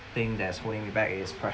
thing that's holding me back is